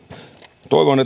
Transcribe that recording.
toivon